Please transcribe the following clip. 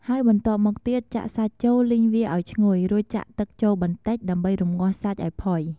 ហើយបន្ទាប់មកទៀតចាក់សាច់ចូលលីងវាឱ្យឈ្ងុយ រួចចាក់ទឹកចូលបន្តិចដើម្បីរម្ងាស់សាច់ឱ្យផុយ។